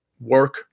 work